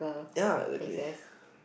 ya exactly